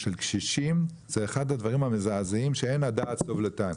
של קשישים זה אחד הדברים המזעזעים שאין הדעת סובלתן.